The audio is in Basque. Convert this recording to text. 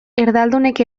erdaldunek